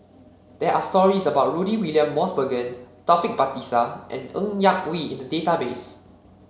there are stories about Rudy William Mosbergen Taufik Batisah and Ng Yak Whee in the database